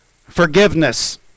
Forgiveness